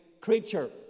creature